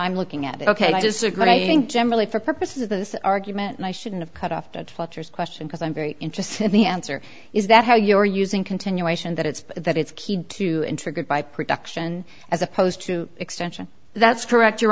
i'm looking at ok i disagree i think generally for purposes of this argument and i shouldn't have cut off that flatters question because i'm very interested in the answer is that how you're using continuation that it's that it's key to enter goodbye production as opposed to extension that's correct your